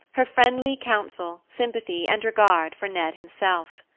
her friendly counsel, sympathy, and regard for ned himself.